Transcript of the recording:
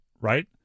right